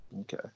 Okay